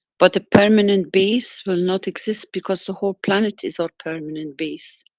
but a permanent base will not exist because the whole planet is our permanent base.